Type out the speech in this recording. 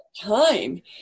time